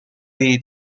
jej